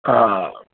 हा